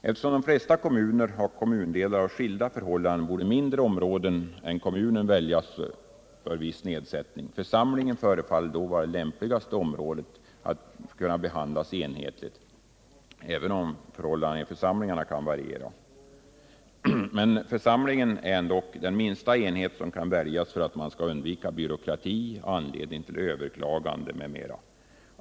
Eftersom de flesta kommuner har kommundelar med skilda förhållanden borde mindre områden än kommunen väljas för viss nedsättning. Församlingen förefaller då vara det lämpligaste området för att behandlas enhetligt, även om förhållandena i en församling kan variera. Församlingen torde dock vara den minsta enhet som kan väljas för att man skall undvika byråkrati, anledning till överklaganden m.m.